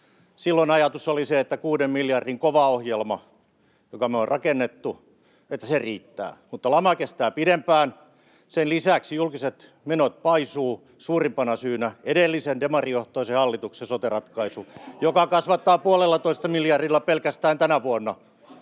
Silloin ajatus oli se, että kuuden miljardin kova ohjelma, joka me ollaan rakennettu, riittää, mutta lama kestää pidempään. Sen lisäksi julkiset menot paisuvat, suurimpana syynä edellisen demarijohtoisen hallituksen sote-ratkaisu, joka kasvattaa pelkästään tänä vuonna